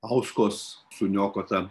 auskos suniokotą